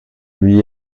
lui